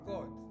God